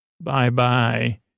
Bye-bye